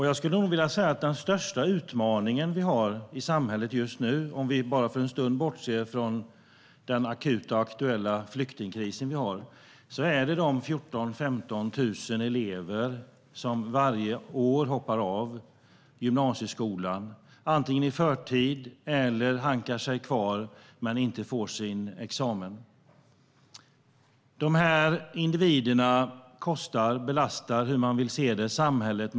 Jag skulle vilja säga att den största utmaningen i samhället just nu, om vi bara för en stund bortser från den akuta och aktuella flyktingkrisen, är de 14 000-15 000 elever som varje år hoppar av gymnasieskolan, antingen i förtid eller utan examen. Dessa individer belastar samhället, eller hur man nu vill uttrycka det, med enorma belopp under sin livstid.